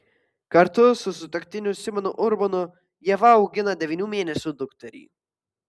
kartu su sutuoktiniu simonu urbonu ieva augina devynių mėnesių dukterį